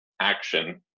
action